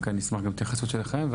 נשמח גם התייחסות שלכם.